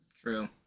True